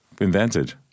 invented